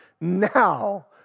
now